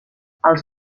als